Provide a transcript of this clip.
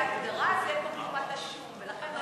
אם לא תהיה הגדרה זה יהיה כמו קליפת השום ולכן,